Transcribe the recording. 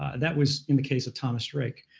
that was in the case of thomas drake.